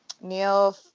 Neil